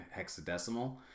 hexadecimal